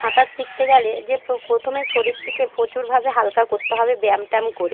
সাঁতার শিখতে গেলে যে পো প্রথমে শরীরটিকে প্রচুরভাবে হালকা করতে হবে ব্যায়াম ট্যাম করে